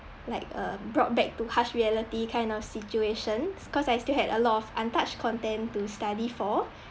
like a brought back to harsh reality kind of situation cause I still had a lot of untouched content to study for